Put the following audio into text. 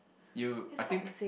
you I think